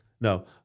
no